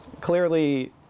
Clearly